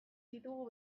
ditugu